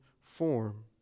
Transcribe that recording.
form